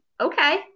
okay